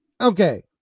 Okay